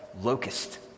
locust